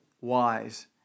wise